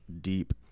deep